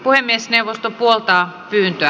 puhemiesneuvosto puoltaa pyyntöä